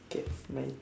okay mine